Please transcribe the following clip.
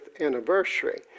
anniversary